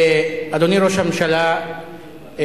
אדוני ראש הממשלה,